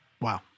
Wow